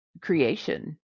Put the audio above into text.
creation